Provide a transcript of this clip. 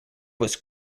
was